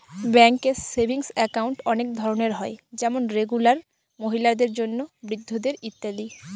ব্যাঙ্কে savings account অনেক ধরনের হয় যেমন রেগুলার, মহিলাদের জন্য, বৃদ্ধদের ইত্যাদি